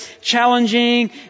challenging